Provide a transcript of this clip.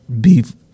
Beef